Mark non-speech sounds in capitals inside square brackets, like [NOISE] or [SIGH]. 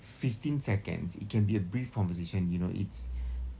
fifteen seconds it can be a brief conversation you know it's [BREATH]